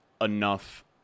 enough